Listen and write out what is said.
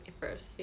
First